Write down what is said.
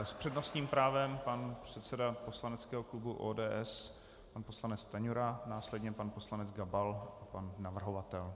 S přednostním právem pan předseda poslaneckého klubu ODS pan poslanec Stanjura, následně pan poslanec Gabal, pan navrhovatel.